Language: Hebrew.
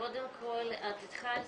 קודם כל את התחלת